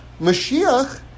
Mashiach